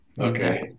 Okay